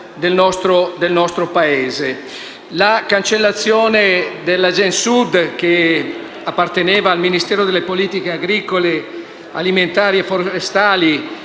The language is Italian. del nostro Paese. La cancellazione dell’Agensud, che apparteneva al Ministero delle politiche agricole, alimentari e forestali,